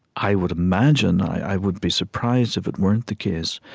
i would imagine i would be surprised if it weren't the case,